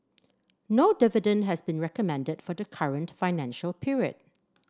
no dividend has been recommended for the current financial period